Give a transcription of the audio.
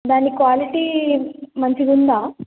దాని క్వాలిటీ మంచిగా ఉందా